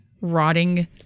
rotting